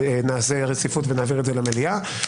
שנעשה רציפות ונעביר את זה למליאה.